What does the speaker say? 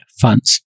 funds